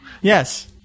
yes